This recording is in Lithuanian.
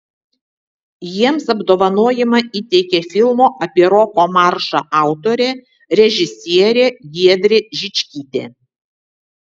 jiems apdovanojimą įteikė filmo apie roko maršą autorė režisierė giedrė žičkytė